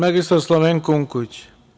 Magistar Slavenko Unković.